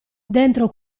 dentro